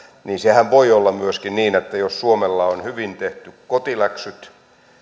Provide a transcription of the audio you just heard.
niin sehän voi olla myöskin niin että jos suomella on hyvin tehty kotiläksyt